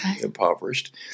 impoverished